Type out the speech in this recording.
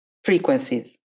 frequencies